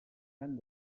han